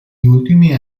ultimi